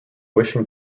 wishing